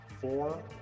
four